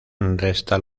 resta